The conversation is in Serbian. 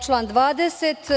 Član 20.